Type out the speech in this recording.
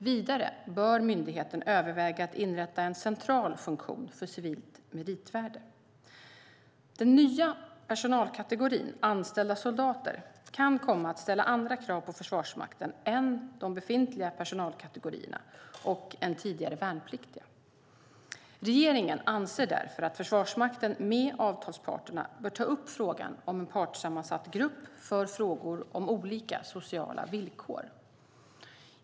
Vidare bör myndigheten överväga att inrätta en central funktion för civilt meritvärde. Den nya personalkategorin anställda soldater kan komma att ställa andra krav på Försvarsmakten än de befintliga personalkategorierna och tidigare värnpliktiga. Regeringen anser därför att Försvarsmakten med avtalsparterna bör ta upp frågan om en partssammansatt grupp för frågor om olika sociala villkor.